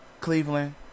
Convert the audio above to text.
Cleveland